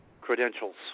credentials